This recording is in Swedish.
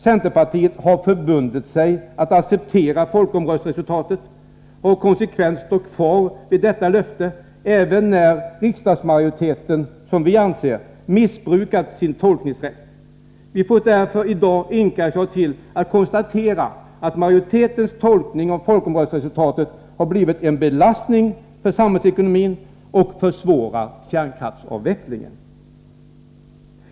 Centerpartiet har förbundit sig att acceptera folkomröstningsresultatet och har konsekvent stått kvar vid detta löfte även när riksdagsmajoriteten, som vi anser, har missbrukat sin tolkningsrätt. Vi får därför i dag inskränka oss till att konstatera att majoritetens tolkning av folkomröstningsresultatet har blivit en belastning för samhällsekonomin och försvårar kärnkraftsavvecklingen.